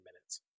minutes